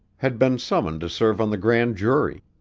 had been summoned to serve on the grand jury.